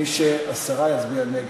ומי שהסרה, יצביע נגד.